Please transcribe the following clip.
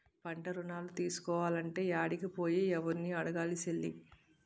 పంటరుణాలు తీసుకోలంటే యాడికి పోయి, యెవుర్ని అడగాలి సెల్లీ?